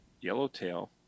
Yellowtail